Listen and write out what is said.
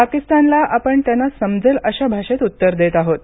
पाकिस्तानला आपण त्यांना समजेल अशा भाषेत उत्तर देत आहोत